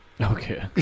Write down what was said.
okay